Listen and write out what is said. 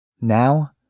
Now